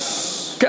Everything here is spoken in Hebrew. השר, השר.